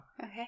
Okay